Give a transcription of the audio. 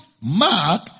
Mark